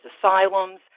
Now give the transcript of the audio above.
asylums